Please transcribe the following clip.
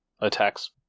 attacks